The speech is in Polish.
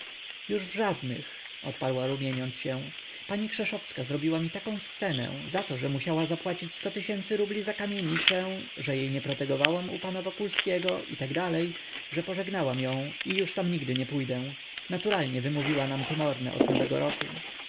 już w żadnych odparła rumieniąc się pani krzeszowska zrobiła mi taką scenę zato że musiała zapłacić sto tysięcy za kamienicę że ja nie protegowałam jej u pana wokulskiego i tak dalej że pożegnałam ją i już tam nigdy nie pójdę naturalnie wymówiła nam komorne od nowego roku